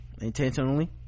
intentionally